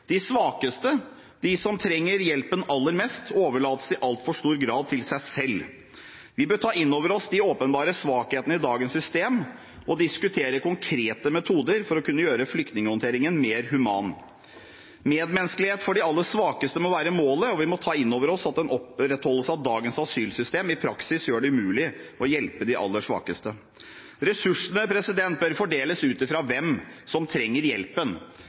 De svakeste, de som trenger hjelpen aller mest, overlates i altfor stor grad til seg selv. Vi bør ta inn over oss de åpenbare svakhetene i dagens system og diskutere konkrete metoder for å kunne gjøre flyktninghåndteringen mer human. Medmenneskelighet overfor de aller svakeste må være målet, og vi må ta inn over oss at en opprettholdelse av dagens asylsystem i praksis gjør det umulig å hjelpe de aller svakeste. Ressursene bør fordeles ut fra hvem som trenger hjelpen,